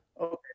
okay